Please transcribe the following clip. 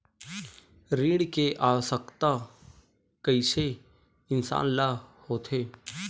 ऋण के आवश्कता कइसे इंसान ला होथे?